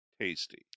Tasty